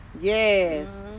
Yes